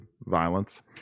violence